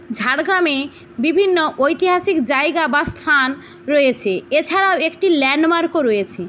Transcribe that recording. ঝাড়গ্রামে বিভিন্ন ঐতিহাসিক জায়গা বা স্থান রয়েছে এছাড়াও একটি ল্যান্ডমার্কও রয়েছে